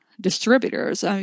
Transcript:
distributors